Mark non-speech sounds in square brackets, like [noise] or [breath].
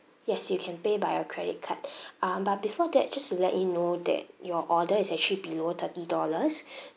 yes you can pay by your credit card [breath] um but before that just to let you know that your order is actually below thirty dollars [breath]